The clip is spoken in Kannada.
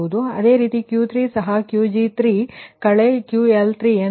ಅದೇ ರೀತಿ Q3 ಸಹ Qg3 − QL3 ಎಂದರೆ−45